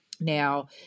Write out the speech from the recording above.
Now